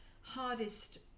hardest